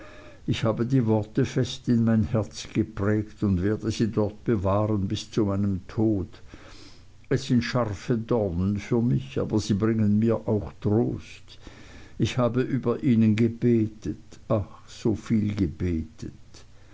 ich habe die worte fest in mein herz geprägt und werde sie dort bewahren bis zu meinem tod es sind scharfe dornen für mich aber sie bringen mir auch trost ich habe über ihnen gebetet ach so viel gebetet